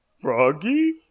Froggy